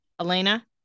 Elena